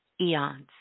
eons